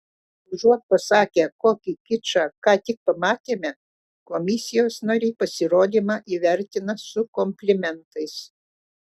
užuot pasakę kokį kičą ką tik pamatėme komisijos nariai pasirodymą įvertina su komplimentais